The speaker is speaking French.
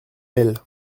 elle